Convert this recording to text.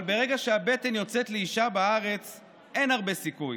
אבל ברגע שהבטן יוצאת, לאישה בארץ אין הרבה סיכוי.